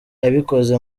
yabikoze